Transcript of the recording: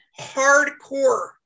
hardcore